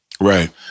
right